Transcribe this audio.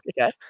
okay